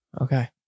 Okay